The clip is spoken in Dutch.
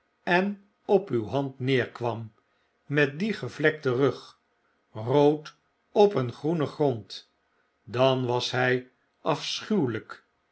en op uw hand neerkwam met dien gevlekten rug rood op een groenen grond dan was by afschuwelp